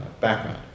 background